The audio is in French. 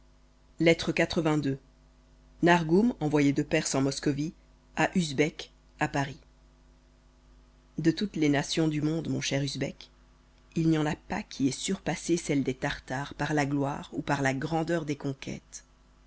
lettre lxxxii nargum envoyé de perse en moscovie à usbek à paris d e toutes les nations du monde mon cher usbek il n'y en a pas qui ait surpassé celle des tartares ni en gloire ni dans la grandeur des conquêtes